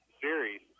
series